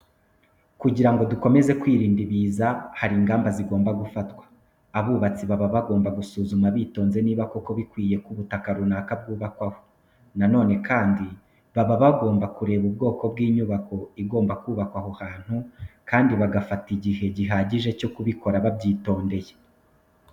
Kugira ngo dukomeze kwirinda ibiza, hari ingamba zigomba gufatwa. Abubatsi baba bagomba gusuzuma bitonze niba koko bikwiriye ko ubutaka runaka bw'ubakwaho. Na none kandi, baba bagomba kureba ubwoko bw'inyubako igomba kubakwa aho hantu kandi bagafata igihe gihagije cyo kubikora babyitondeye.